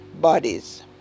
bodies